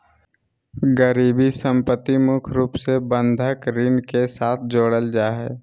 गिरबी सम्पत्ति मुख्य रूप से बंधक ऋण के साथ जोडल जा हय